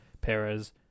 Perez